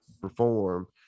perform